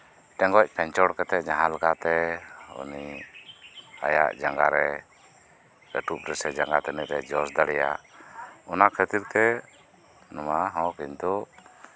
ᱴᱮᱸᱜᱚᱡ ᱠᱷᱮᱧᱪᱚᱲ ᱠᱟᱛᱮᱫ ᱡᱟᱸᱦᱟ ᱞᱮᱠᱟᱛᱮ ᱩᱱᱤ ᱟᱭᱟᱜ ᱡᱟᱸᱜᱟ ᱨᱮ ᱠᱟᱹᱴᱩᱵ ᱨᱮ ᱥᱮ ᱡᱟᱸᱜᱟ ᱛᱟᱹᱱᱤᱜ ᱨᱮ ᱡᱚᱥ ᱫᱟᱲᱮᱭᱟᱜ ᱚᱱᱟ ᱠᱷᱟᱹᱛᱤᱨ ᱛᱮ ᱱᱚᱣᱟ ᱦᱚᱸ ᱠᱤᱱᱛᱩ